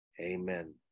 Amen